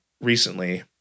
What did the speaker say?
recently